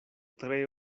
tre